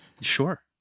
Sure